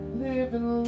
living